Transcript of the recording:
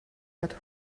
but